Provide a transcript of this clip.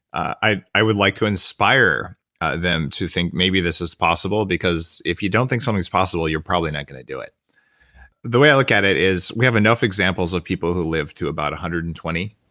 i i would like to inspire them to think maybe this is possible, because if you don't think something's possible, you're probably not gonna do it the way i look at it is, we have enough examples of people who live to one but ah hundred and twenty.